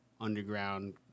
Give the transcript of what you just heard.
underground